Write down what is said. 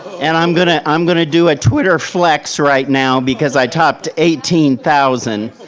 and i'm gonna i'm gonna do a twitter flex right now, because i topped eighteen thousand.